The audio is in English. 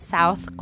South